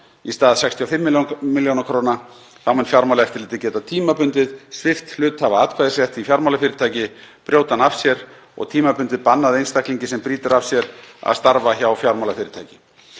í stað 65 millj. kr. Þá mun Fjármálaeftirlitið geta tímabundið svipt hluthafa atkvæðisrétti í fjármálafyrirtæki brjóti hann af sér og tímabundið bannað einstaklingi sem brýtur af sér að starfa hjá fjármálafyrirtæki.